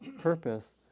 purpose